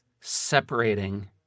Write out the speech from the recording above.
separating